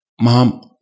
mom